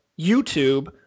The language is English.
YouTube